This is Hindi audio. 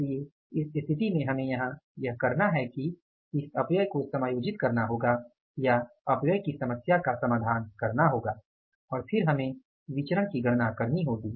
इसलिए इस स्थिति में हमें यहां यह करना है कि इस अपव्यय को समायोजित करना होगा या अपव्यय की समस्या का समाधान करना होगा और फिर हमें विचरण की गणना करनी होगी